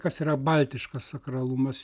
kas yra baltiškas sakralumas